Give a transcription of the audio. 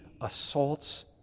assaults